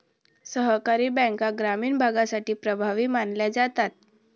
सहकारी बँका ग्रामीण भागासाठी प्रभावी मानल्या जातात